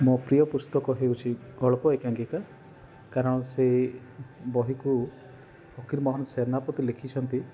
ମୋ ପ୍ରିୟ ପୁସ୍ତକ ହେଉଛି ଗଳ୍ପ ଏକାଙ୍କିକା କାରଣ ସେଇ ବହିକୁ ଫକୀରମୋହନ ସେନାପତି ଲେଖିଛନ୍ତି